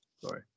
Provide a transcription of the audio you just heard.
sorry